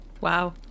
Wow